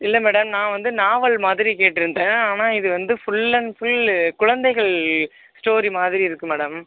இல்லை மேடம் நான் வந்து நாவல் மாதிரி கேட்டுருந்தேன் ஆனால் இது வந்து ஃபுல் அண்ட் ஃபுல் குழந்தைகள் ஸ்டோரி மாதிரி இருக்கு மேடம்